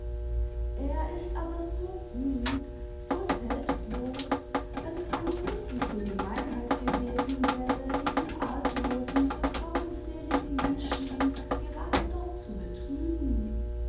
er ist aber so gut so selbstlos daß es eine wirkliche gemeinheit gewesen wäre diesen arglosen vertrauensseligen menschen gerade dort zu betrügen